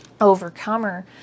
overcomer